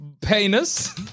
Penis